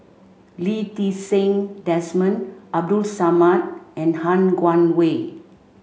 Lee Ti Seng Desmond Abdul Samad and Han Guangwei